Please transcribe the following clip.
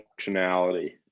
functionality